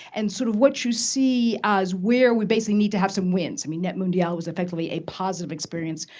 and sort of what you see as where we basically need to have some wins. i mean netmundial was effectively a positive experience,